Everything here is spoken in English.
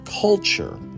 culture